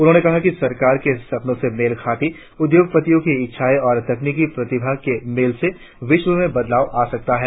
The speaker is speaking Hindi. उन्होंने कहा कि सरकार के सपनों से मेल खाती उद्योगपतियों की इच्छाएं और तकनीकि प्रतिभा के मेल से विश्व में बदलाव आ सकता है